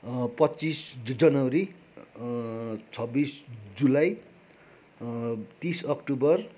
पच्चिस जनवरी छब्बिस जुलाई तिस अक्टोबर